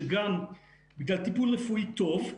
שגם בגלל טיפול רפואי טוב,